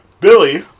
Billy